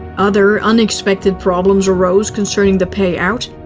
other unexpected problems arose concerning the payout.